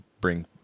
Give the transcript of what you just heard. bring